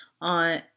on